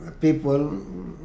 people